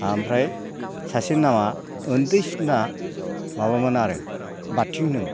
ओमफ्राय सासेनि नामआ उन्दैसिना माबामोन आरो बाथिं होनोमोन